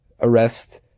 arrest